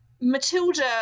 Matilda